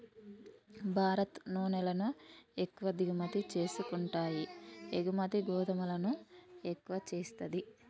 భారత్ నూనెలను ఎక్కువ దిగుమతి చేసుకుంటాయి ఎగుమతి గోధుమలను ఎక్కువ చేస్తది